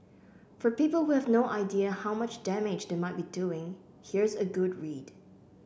for people who have no idea how much damage they might be doing here's a good read